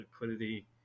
liquidity